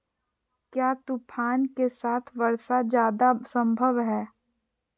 क्या तूफ़ान के साथ वर्षा जायदा संभव है?